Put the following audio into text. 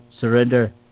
surrender